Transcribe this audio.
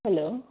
hello